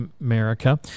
America